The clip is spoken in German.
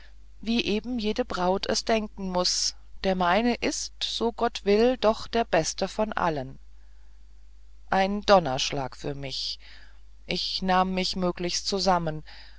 wie eben jede braut es denken muß der meine ist so gott will noch der beste von allen ein donnerschlag für mich ich nahm mich möglichst zusammen